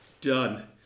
Done